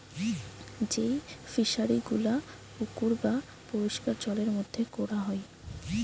যেই ফিশারি গুলা পুকুর বা পরিষ্কার জলের মধ্যে কোরা হয়